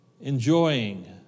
enjoying